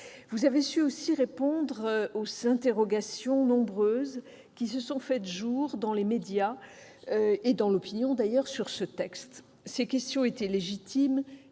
Vous avez aussi su répondre aux interrogations, nombreuses, qui se sont fait jour dans les médias et l'opinion sur ce texte. Ces questions étaient légitimes